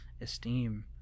esteem